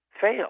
fail